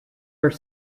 are